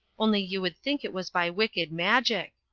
only you would think it was by wicked magic.